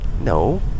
No